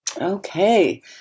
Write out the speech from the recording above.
Okay